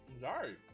sorry